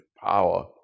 power